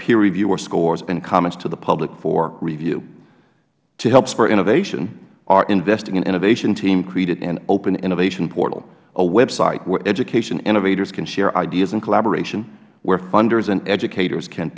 peer reviewer scores and comments to the public for review to help spur innovation our investing in innovation team created an open innovation portal a website where education innovators can share ideas and collaboration where funders and educators can